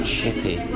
Chippy